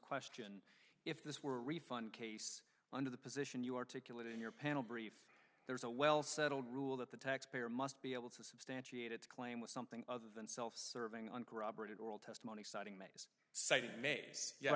question if this were a refund case under the position you articulate in your panel brief there's a well settled rule that the taxpayer must be able to substantiate its claim with something other than self serving uncorroborated oral testimony citing